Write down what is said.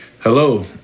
Hello